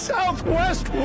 Southwest